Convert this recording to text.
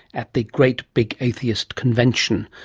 at the great big atheist convention,